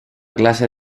clase